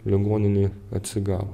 ligoninėj atsigavo